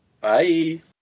Bye